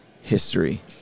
history